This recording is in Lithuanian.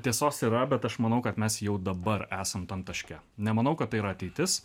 tiesos yra bet aš manau kad mes jau dabar esant tam taške nemanau kad tai yra ateitis